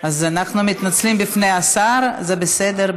אז אנחנו מתנצלים בפני השר, זה בסדר.